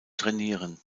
trainieren